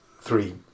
three